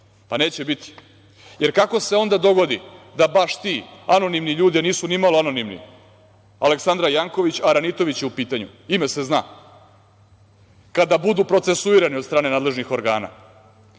Pa, neće biti, jer kako se onda dogodi da baš ti anonimni ljudi, a nisu nimalo anonimni. Aleksandra Janković Aranitović je u pitanju. Ime se zna. Kada budu procesuirani od strane nadležnih organa,